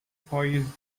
پاییز